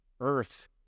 earth